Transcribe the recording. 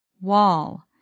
Wall